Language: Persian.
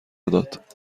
داد